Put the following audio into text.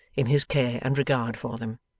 in his care and regard for them.